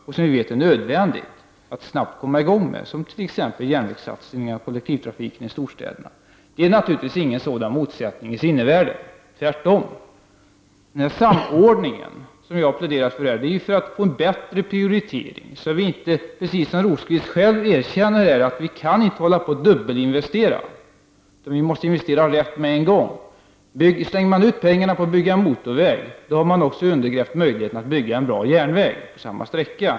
Vi vet att det är nödvändigt att snabbt komma i gång med sådana satsningar, t.ex. på järnvägstrafiken och kollektivtrafiken i storstäderna. I sinnevärlden finns naturligtvis inga sådana motsättningar. Tvärtom är avsikten med den samordning som jag pläderat för att få en bättre prioritering. Birger Rosqvist erkänner själv att vi inte kan hålla på och dubbelinvestera utan på en gång måste göra de riktiga investeringarna. Slänger man ut pengar på att bygga en motorväg, undergräver man möjligheterna att bygga en bra järnväg på samma sträcka.